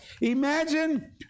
imagine